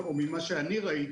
או לפחות ממה שאני ראיתי,